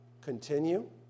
Continue